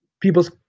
people's